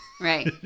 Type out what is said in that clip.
Right